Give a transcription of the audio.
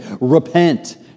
repent